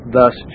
thus